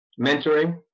mentoring